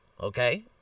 Okay